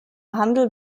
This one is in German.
handel